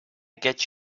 get